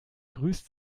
grüßt